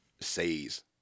say's